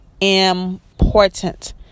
important